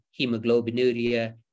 hemoglobinuria